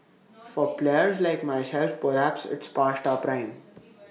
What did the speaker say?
for players like myself perhaps it's past our prime